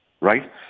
right